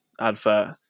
advert